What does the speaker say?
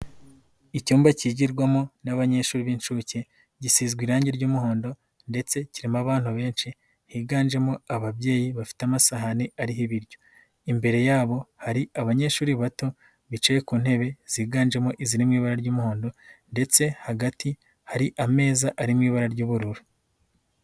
Icyumba kigirwamo n'abanyeshuri b'inshuke, gisizwe irangi ry'umuhondo ndetse kirimo abantu benshi higanjemo ababyeyi, bafite amasahani ariho ibiryo, imbere yabo hari abanyeshuri bato bicaye ku ntebe ziganjemo iziri mu ibara ry'umuhondo ndetse hagati hari ameza ari mu ibara ry'ubururu.